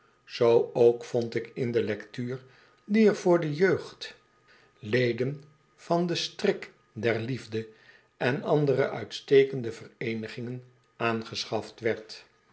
zoo ook vond ik in de lectuur die er voor de jeugd leden van den strik der liefde en andere uitstekende vereenigingen aangeschaft